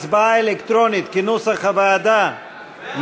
הצבעה אלקטרונית, כנוסח הוועדה.